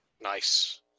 nice